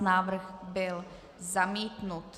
Návrh byl zamítnut.